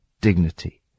dignity